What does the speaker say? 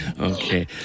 Okay